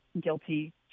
guilty